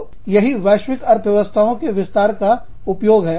तो यही वैश्विक अर्थव्यवस्थाओं के विस्तार का उपयोग है